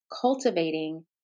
cultivating